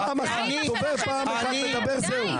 פעם אחת תדבר, וזהו.